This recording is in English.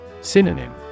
Synonym